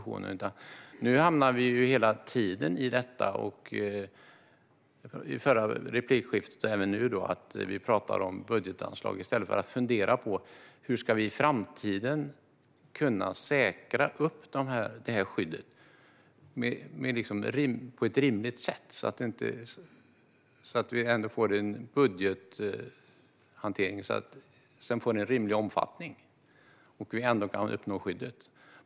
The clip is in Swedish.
I det förra replikskiftet och i detta hamnar vi hela tiden i att prata om budgetanslag i stället för att fundera på hur vi i framtiden ska kunna säkra skyddet på ett rimligt sätt, så att vi får en rimlig omfattning av budgethanteringen och ändå kan uppnå skyddet.